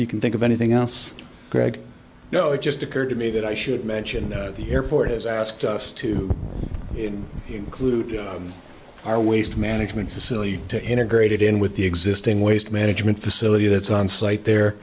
you can think of anything else greg you know it just occurred to me that i should mention the airport has asked us to include our waste management facility to integrate it in with the existing waste management facility that's on site there